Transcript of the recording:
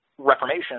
reformation